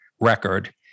record